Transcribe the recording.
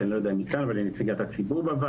שאני לא יודע אם היא כאן אבל היא נציגת הציבור בוועדה.